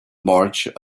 march